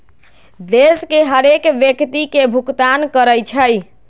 देश के हरेक व्यक्ति के भुगतान करइ छइ